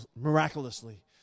miraculously